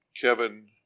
Kevin